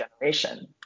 generation